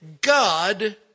God